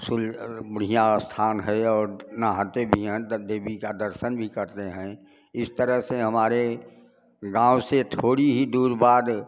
शुल बढ़िया स्थान है और नहाते भी हैं देवी के दर्शन भी करते हैं इस तरह से हमारे गाँव से थोड़ी ही दूर बाद